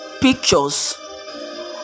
pictures